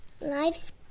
life's